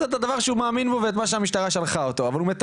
את הדבר שהוא מאמין בו ואת מה שהמשטרה שלחה אותו לעשות,